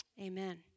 Amen